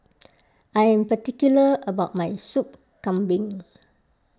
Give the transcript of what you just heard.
I am particular about my Soup Kambing